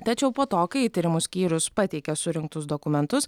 tačiau po to kai tyrimų skyrius pateikė surinktus dokumentus